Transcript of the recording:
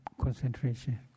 concentration